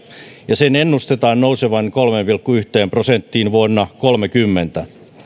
ja sen ennustetaan nousevan kolmeen pilkku yhteen prosenttiin vuonna kaksituhattakolmekymmentä